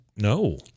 No